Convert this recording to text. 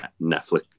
Netflix